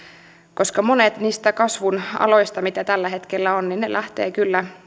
koska monet niistä kasvun aloista mitä tällä hetkellä on lähtevät kyllä